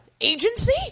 Agency